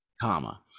comma